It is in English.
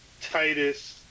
Titus